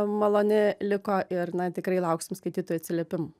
maloni liko ir na tikrai lauksim skaitytojų atsiliepimų